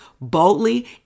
boldly